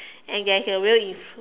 and there is a real inf~